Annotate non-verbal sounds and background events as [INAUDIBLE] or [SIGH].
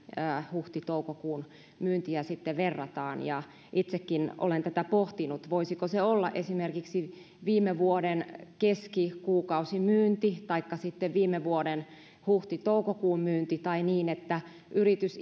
huhti toukokuun myyntiä sitten verrataan ja itsekin olen tätä pohtinut voisiko se olla esimerkiksi viime vuoden keskikuukausimyynti taikka sitten viime vuoden huhti toukokuun myynti tai niin että yritys [UNINTELLIGIBLE]